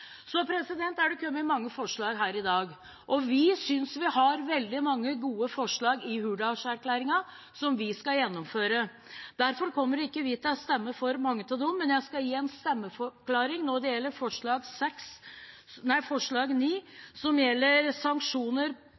er kommet mange forslag her i dag. Vi syns vi har veldig mange gode forslag i Hurdalsplattformen, som vi skal gjennomføre. Derfor kommer ikke vi til å stemme for mange av dem, men jeg skal gi en stemmeforklaring når det gjelder forslag nr. 9, som gjelder sanksjoner for å slå ned på trakassering i fiskeriene. Det er selvsagt et forslag som